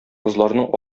кызларның